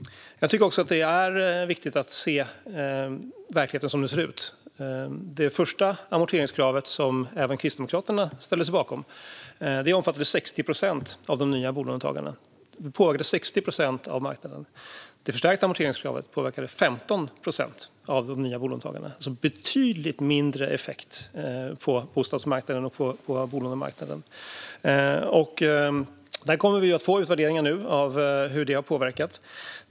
Det är viktigt att se verkligheten som den ser ut. Det första amorteringskravet, som även Kristdemokraterna ställde sig bakom, omfattade 60 procent av de nya bolånetagarna och 60 procent av marknaden. Det förstärkta amorteringskravet påverkade 15 procent av de nya bolånetagarna. Det hade alltså betydligt mindre effekt på bostadsmarknaden och bolånemarknaden. Vi kommer nu att få utvärderingar av hur detta har påverkat.